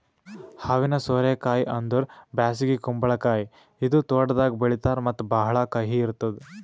ಹಾವಿನ ಸೋರೆ ಕಾಯಿ ಅಂದುರ್ ಬ್ಯಾಸಗಿ ಕುಂಬಳಕಾಯಿ ಇದು ತೋಟದಾಗ್ ಬೆಳೀತಾರ್ ಮತ್ತ ಭಾಳ ಕಹಿ ಇರ್ತುದ್